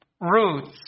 roots